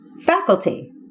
faculty